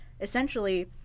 essentially